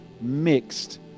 mixed